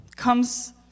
comes